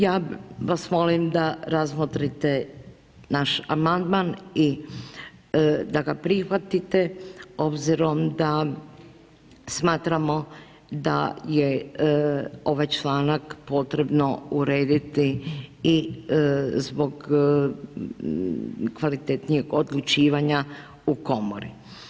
Ja vas molim da razmotrite naš amandman i da ga prihvatite obzirom da smatramo da je ovaj članak potrebno urediti i zbog kvalitetnijeg odlučivanja u komori.